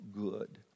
good